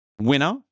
winner